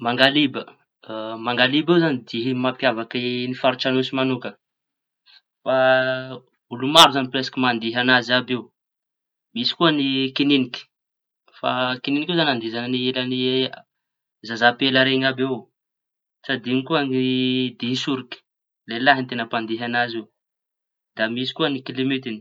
Mangaliba, mangaliba eo zañy dihy mampiavaky faritsy añosy mañokana. Fa olo maro zañy piresiky mandiha añazy àby io. Misy koa ny kiñiniky, fa kininiky io zañy andihizañy hiran'zaza ampela reñy àby avao. Tsy adinoko ny dihy soroky lehilahy ny teña mpandihy añazy io. Da misy koa ny kilimitiñy.